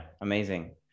amazing